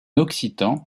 occitan